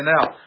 Now